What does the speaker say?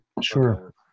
Sure